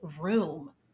room